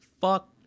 fuck